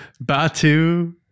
Batu